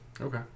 Okay